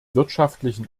wirtschaftlichen